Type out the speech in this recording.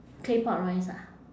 claypot rice ah